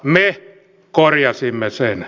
me korjasimme sen